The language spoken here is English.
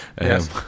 yes